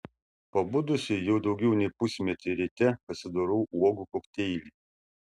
pabudusi jau daugiau nei pusmetį ryte pasidarau uogų kokteilį